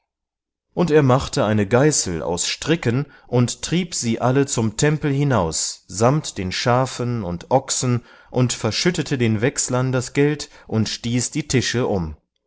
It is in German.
und er machte eine geißel aus stricken und trieb sie alle zum tempel hinaus samt den schafen und ochsen und verschüttete den wechslern das geld und stieß die tische um